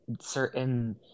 certain